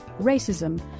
racism